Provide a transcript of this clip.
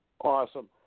Awesome